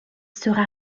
sera